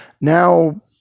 Now